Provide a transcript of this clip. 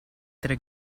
tre